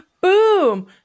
Boom